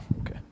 okay